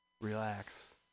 relax